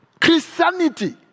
Christianity